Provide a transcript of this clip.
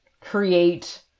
create